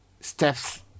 steps